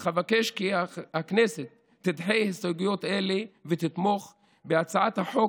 אך אבקש כי הכנסת תדחה הסתייגויות אלה ותתמוך בהצעת החוק